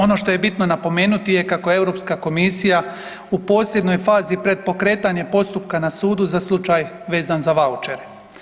Ono što je bitno napomenuti je kako je Europska komisija u posljednjoj fazi pred pokretanjem postupka na sudu za slučaj vezan za vaučere.